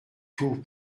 tout